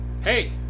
hey